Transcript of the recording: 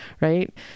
right